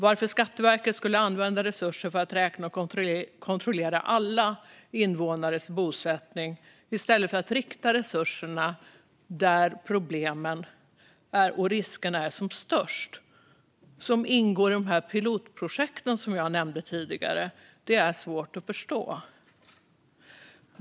Varför Skatteverket skulle använda resurser för att räkna och kontrollera alla invånares bosättning i stället för att rikta resurser dit där problemen och riskerna är störst, vilka ingår i de pilotprojekt som jag tidigare nämnde, är svårt att förstå.